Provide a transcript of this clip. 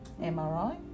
MRI